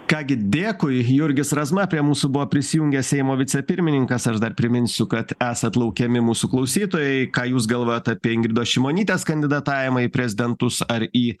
ką gi dėkui jurgis razma prie mūsų buvo prisijungęs seimo vicepirmininkas aš dar priminsiu kad esat laukiami mūsų klausytojai ką jūs galvojat apie ingridos šimonytės kandidatavimą į prezidentus ar į